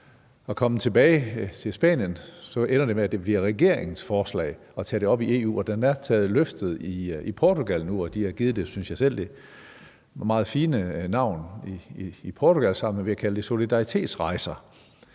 at komme tilbage til Spanien ender det med, at det bliver regeringens forslag at tage det op i EU, og det er blevet løftet i Portugal nu, hvor de har givet det, synes jeg selv, det meget fine navn solidaritetsrejser.